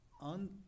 On